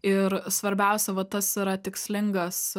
ir svarbiausia va tas yra tikslingas